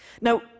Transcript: Now